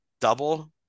double